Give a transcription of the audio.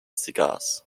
cigars